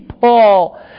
Paul